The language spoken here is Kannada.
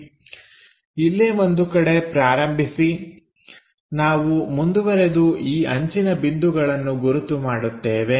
ಇಲ್ಲೇ ಒಂದು ಕಡೆ ಪ್ರಾರಂಭಿಸಿ ನಾವು ಮುಂದುವರಿದು ಈ ಅಂಚಿನ ಬಿಂದುಗಳನ್ನು ಗುರುತು ಮಾಡುತ್ತೇವೆ